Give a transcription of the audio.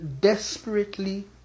desperately